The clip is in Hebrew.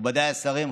מכובדיי השרים,